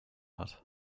hat